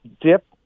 dip